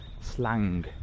slang